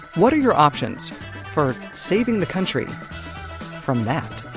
what are your options for saving the country from that?